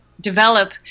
develop